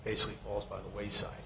basically falls by the wayside